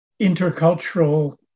intercultural